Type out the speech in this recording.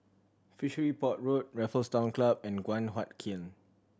Fishery Port Road Raffles Town Club and Guan Huat Kiln